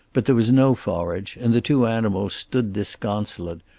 but there was no forage, and the two animals stood disconsolate,